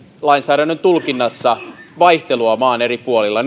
lainsäädännön tulkinnassa vaihtelua maan eri puolilla